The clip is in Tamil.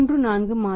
34 மாதங்கள்